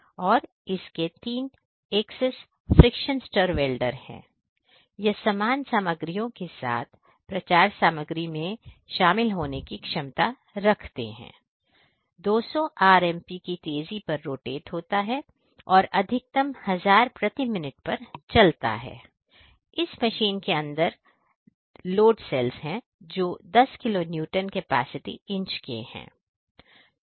इस मशीन के अंदर ही लोड सेल्स है जो 10 किलो न्यूटन केपेसिटी इंच के है